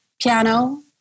piano